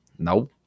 Nope